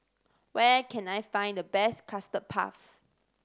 where can I find the best Custard Puff